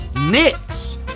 Knicks